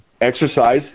Exercise